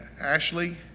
Ashley